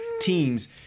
teams